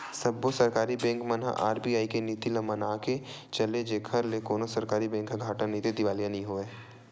सब्बो सरकारी बेंक मन ह आर.बी.आई के नीति ल मनाके चले जेखर ले कोनो सरकारी बेंक ह घाटा नइते दिवालिया नइ होवय